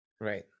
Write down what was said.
right